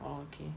okay